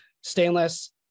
stainless